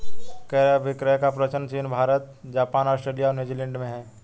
क्रय अभिक्रय का प्रचलन चीन भारत, जापान, आस्ट्रेलिया और न्यूजीलैंड में है